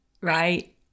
right